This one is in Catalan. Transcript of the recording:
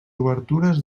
obertures